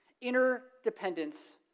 Interdependence